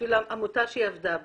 בשביל העמותה שהיא עבדה בה.